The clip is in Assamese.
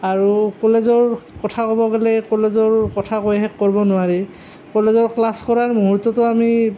আৰু কলেজৰ কথা ক'ব গ'লে কলেজৰ কথা কৈ শেষ কৰিব নোৱাৰি কলেজৰ ক্লাছ কৰাৰ মুহূৰ্ততো আমি